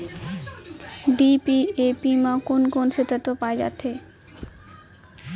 DAP म कोन कोन से तत्व पाए जाथे?